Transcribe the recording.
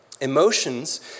Emotions